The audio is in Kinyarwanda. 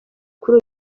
kuri